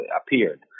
appeared